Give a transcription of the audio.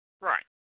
Right